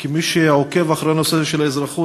וכמי שעוקב אחרי הנושא של האזרחות,